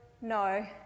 no